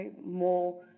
more